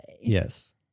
yes